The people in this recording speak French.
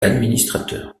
administrateurs